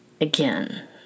again